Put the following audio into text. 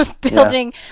building